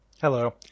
Hello